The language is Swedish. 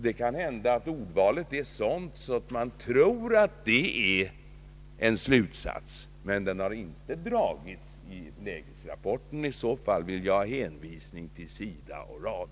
Det kan hända att ordvalet är sådant att man tror att det är en slutsats, men den har inte kommit fram i lägesrapporten. Om så är fallet, vill jag få en hänvisning till sida och rad.